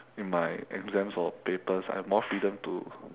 in my exams or papers I had more freedom to